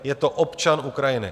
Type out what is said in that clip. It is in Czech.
Je to občan Ukrajiny.